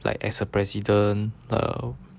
like as a president uh